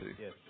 yes